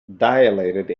dilated